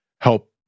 help